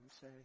say